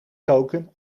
koken